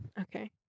Okay